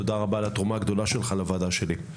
תודה רבה על התרומה שלך לוועדה שלי.